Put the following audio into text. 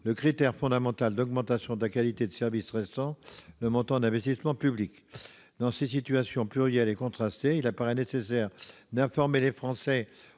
le critère fondamental en matière d'augmentation de la qualité de service restant le montant de l'investissement public. Devant ces situations plurielles et contrastées, il apparaît nécessaire d'informer les Français,